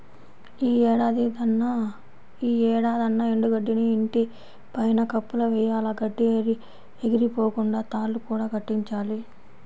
యీ ఏడాదన్నా ఎండు గడ్డిని ఇంటి పైన కప్పులా వెయ్యాల, గడ్డి ఎగిరిపోకుండా తాళ్ళు కూడా కట్టించాలి